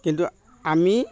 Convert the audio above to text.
কিন্তু আমি